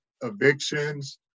evictions